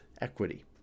equity